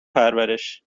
پرورش